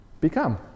become